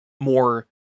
more